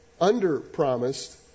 under-promised